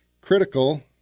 critical